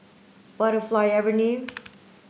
Butterfly Avenue